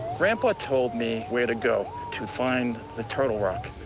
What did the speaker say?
grandpa told me where to go to find the turtle rock,